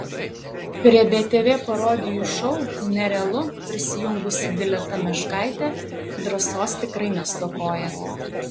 prie btv parodijų šou nerealu prisijungusi dileta meškaitė drąsos tikrai nestokoja